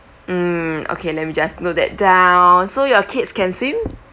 um okay let me just note that down so your kids can swim